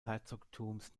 herzogtums